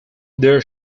their